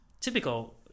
typical